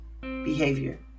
behavior